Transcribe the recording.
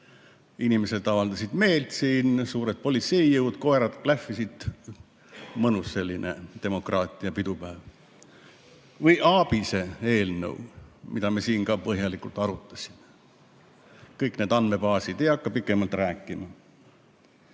inimesed avaldasid meelt siin, suured politseijõud, koerad klähvisid – mõnus selline demokraatia pidupäev. Või ABIS-e eelnõu, mida me siin ka põhjalikult arutasime, kõik need andmebaasid, ei hakka pikemalt rääkima.